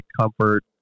comfort